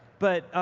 but,